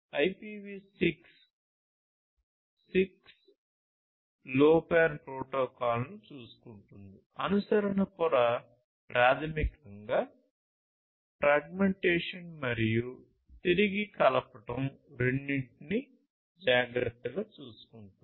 IPv6 6LoWPAN ప్రోటోకాల్ను చూసుకుంటుంది అనుసరణ పొర ప్రాథమికంగా ఫ్రాగ్మెంటేషన్ మరియు తిరిగి కలపడం రెండింటినీ జాగ్రత్తగా చూసుకుంటుంది